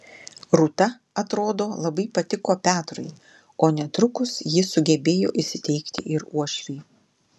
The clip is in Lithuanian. rūta atrodo labai patiko petrui o netrukus ji sugebėjo įsiteikti ir uošviui